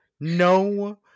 no